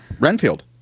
Renfield